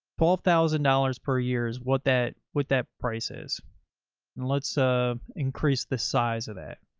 twelve thousand dollars per year is what that with that price is let's, ah increase the size of that.